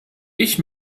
ich